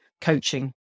coaching